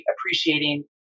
appreciating